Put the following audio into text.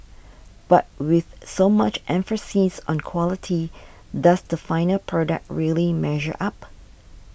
but with so much emphasis on quality does the final product really measure up